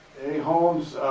a. holmes,